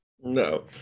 No